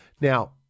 now